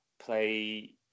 play